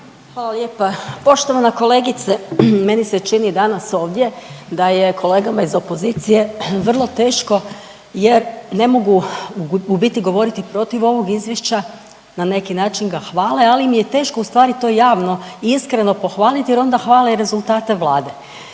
Hvala lijepa. Poštovana kolegice, meni se čini danas ovdje da je kolegama iz opozicije vrlo teško jer ne mogu u biti govoriti protiv ovog Izvješća, na neki način ga hvale, ali im je teško ustvari to javno i iskreno pohvaliti jer onda hvale i rezultate Vlade